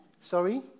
Sorry